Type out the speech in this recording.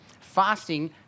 Fasting